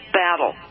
battle